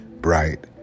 Bright